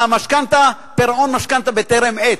מימוש פירעון המשכנתה בטרם עת.